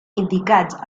indicats